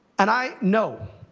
and i know